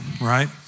Right